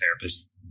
therapist